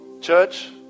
Church